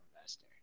investor